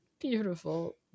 Beautiful